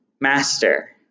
Master